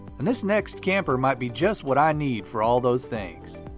and this next camper might be just what i need for all those things.